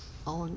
orh